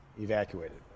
evacuated